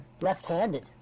Left-handed